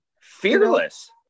Fearless